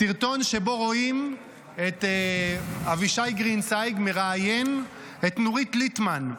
סרטון שבו רואים את אבישי גרינצייג מראיין את נורית ליטמן,